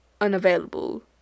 unavailable